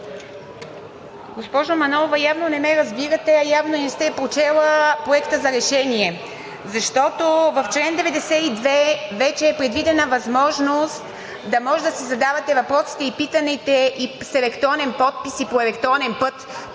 Госпожо Манолова, явно не ме разбирате, а и явно не сте прочела Проекта за решение. Защото в чл. 92 вече е предвидена възможност да може да си задавате въпросите и питанията с електронен подпис и по електронен път,